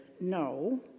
no